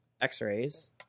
x-rays